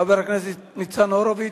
חבר הכנסת ניצן הורוביץ.